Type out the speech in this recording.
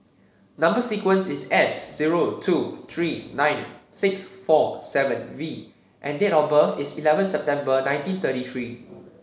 number sequence is S zero two three nine six four seven V and date of birth is eleven September nineteen thirty three